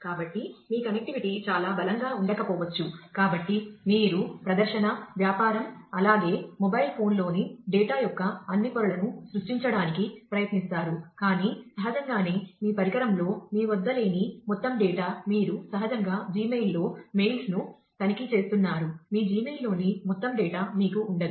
కాబట్టి మీ కనెక్టివిటీ చాలా బలంగా ఉండకపోవచ్చు కాబట్టి మీరు ప్రదర్శన వ్యాపారం అలాగే మొబైల్ ఫోన్ను తనిఖీ చేస్తున్నారు మీ Gmail లోని మొత్తం డేటా మీకు ఉండదు